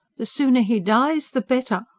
the sooner he dies the better!